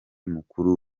mukuru